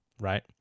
right